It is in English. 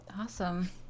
Awesome